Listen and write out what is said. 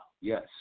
yes